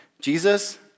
Jesus